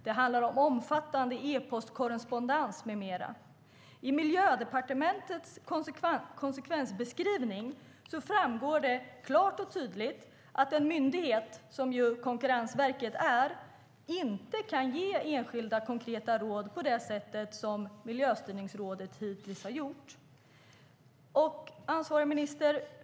Det handlar om omfattande e-postkorrespondens med mera. I Miljödepartementets konsekvensbeskrivning framgår klart och tydligt att en myndighet, som ju Konkurrensverket är, inte kan ge enskilda konkreta råd på det sätt som Miljöstyrningsrådet hittills har gjort. Ansvarig minister!